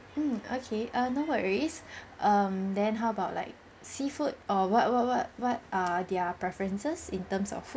mm okay err no worries um then how about like seafood or what what what what are their preferences in terms of fo~